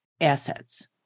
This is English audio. assets